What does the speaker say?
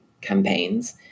campaigns